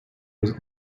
was